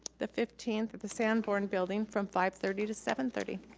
the fifteenth at the sandbourne building from five thirty to seven thirty.